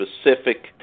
specific